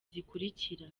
zikurikira